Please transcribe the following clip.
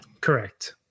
Correct